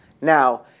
Now